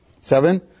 Seven